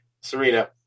Serena